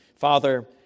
Father